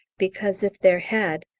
because if there had,